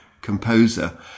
composer